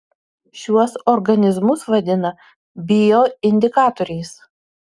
šiuos organizmus vadina bioindikatoriais